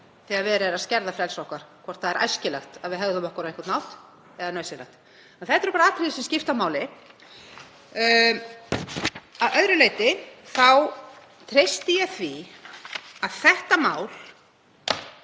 þegar verið er að skerða frelsi okkar, hvort það er æskilegt að við hegðum okkur á einhvern hátt eða nauðsynlegt. Þetta eru atriði sem skipta máli. Að öðru leyti treysti ég því að þetta mál